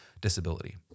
disability